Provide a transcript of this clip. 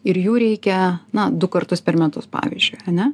ir jų reikia na du kartus per metus pavyzdžiui ane